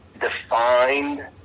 defined